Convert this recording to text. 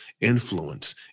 influence